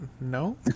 No